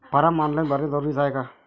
Form online भरने जरुरीचे हाय का?